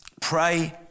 Pray